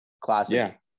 classic